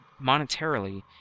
monetarily